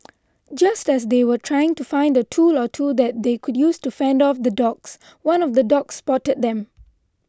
just as they were trying to find a tool or two that they could use to fend off the dogs one of the dogs spotted them